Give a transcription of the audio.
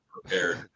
prepared